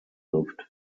loved